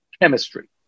chemistry